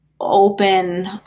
open